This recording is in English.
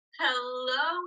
Hello